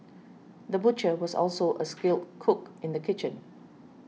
the butcher was also a skilled cook in the kitchen